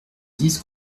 dise